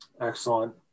Excellent